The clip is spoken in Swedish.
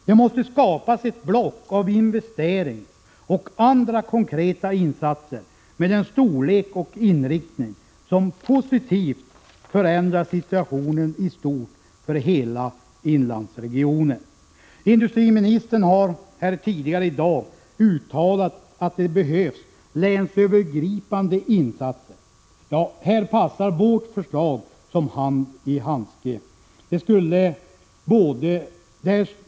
Det måste skapas ett block av investeringsinsatser och andra konkreta insatser med en storlek och inriktning som positivt kan förändra situationen i stort för hela norra inlandsregionen. Industriministern har tidigare i dag uttalat att det behövs länsövergripande insatser. Här passar vårt förslag som hand i handske.